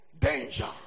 danger